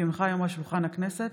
כי הונחה היום על שולחן הכנסת,